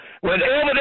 Whenever